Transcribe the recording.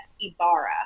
Ibarra